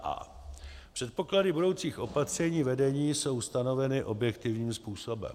a) předpoklady budoucích opatření vedení jsou stanoveny objektivním způsobem;